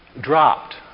dropped